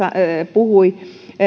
puhui